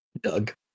Doug